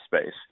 space